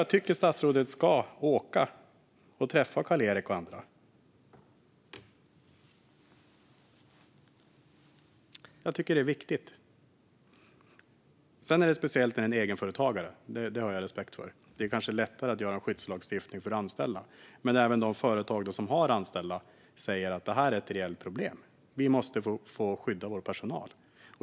Jag tycker att statsrådet ska åka och träffa Karl-Erik och andra. Jag tycker att det är viktigt. Sedan är det speciellt när det gäller en egenföretagare; det har jag respekt för. Det är kanske lättare att skapa en skyddslagstiftning för anställda. Men även de företag som har anställda säger att detta är ett reellt problem och att de måste få skydda sin personal.